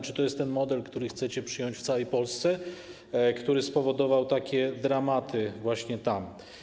Czy to jest ten model, który chcecie przyjąć w całej Polsce, który spowodował takie dramaty właśnie tam?